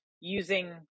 using